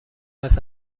است